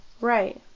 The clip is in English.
Right